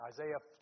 Isaiah